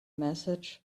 messages